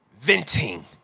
venting